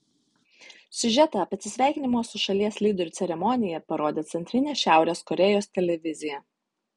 siužetą apie atsisveikinimo su šalies lyderiu ceremoniją parodė centrinė šiaurės korėjos televizija